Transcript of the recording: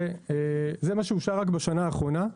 שאושר רק בשנה האחרונה,